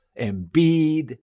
Embiid